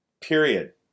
Period